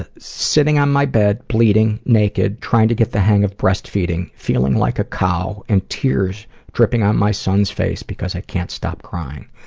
ah sitting on my bed, bleeding, naked, trying to get the hang of breastfeeding, feeling like a cow, and tears dripping on my son's face because i can't stop crying.